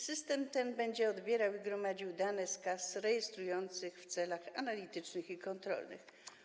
System ten będzie odbierał i gromadził dane z kas rejestrujących w celach analitycznych i kontrolnych.